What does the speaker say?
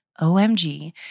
OMG